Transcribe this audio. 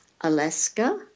Alaska